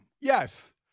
yes